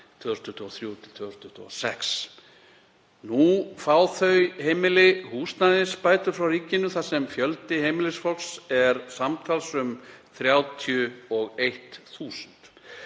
2023–2026. Nú fá þau heimili húsnæðisbætur frá ríkinu þar sem fjöldi heimilisfólks er samtals um 31.000